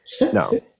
No